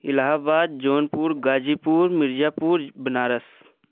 Allahabad Jaunpur Ghazipur Mirzapur Banaras